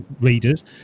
readers